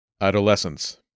Adolescence